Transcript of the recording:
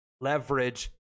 leverage